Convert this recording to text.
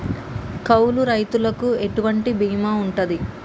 కౌలు రైతులకు ఎటువంటి బీమా ఉంటది?